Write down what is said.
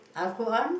Al-Quran